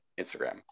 instagram